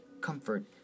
comfort